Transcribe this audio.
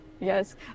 Yes